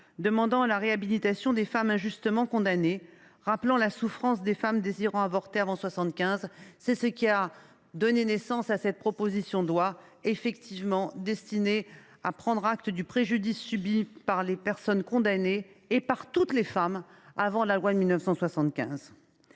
demandant la réhabilitation des femmes injustement condamnées, rappelant la souffrance de celles qui désiraient avorter avant 1975. Cette initiative a donné naissance à la présente proposition de loi, qui vise à prendre acte du préjudice subi par les personnes condamnées, et par toutes les femmes, avant la loi de 1975.